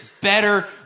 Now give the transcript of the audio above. better